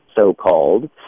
so-called